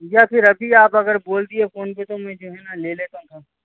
یا پھر ابھی آپ اگر بول دیے فون پہ تو میں جو ہے نا لے لیتا ہوں